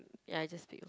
ya you just pick